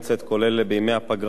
כולל בימי הפגרה,